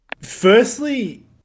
firstly